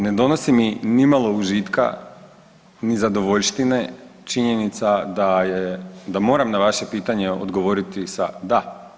Ne donosi mi nimalo užitka ni zadovoljštine činjenica da je, da moram na vaše pitanje odgovoriti sa da.